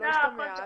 שלא ישתמע,